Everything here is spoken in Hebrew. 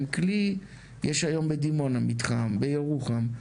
יש היום בדימונה מתחם, בירוחם.